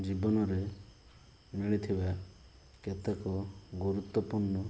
ଜୀବନରେ ମିଳିଥିବା କେତେକ ଗୁରୁତ୍ୱପୂର୍ଣ୍ଣ